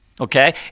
okay